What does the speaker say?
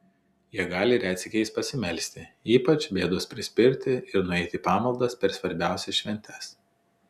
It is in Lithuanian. jie gali retsykiais pasimelsti ypač bėdos prispirti ir nueiti į pamaldas per svarbiausias šventes